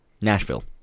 Nashville